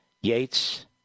Yates